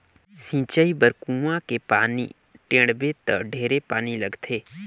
सिंचई बर कुआँ के पानी टेंड़बे त ढेरे पानी लगथे